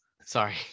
sorry